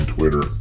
Twitter